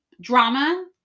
drama